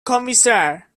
commissaire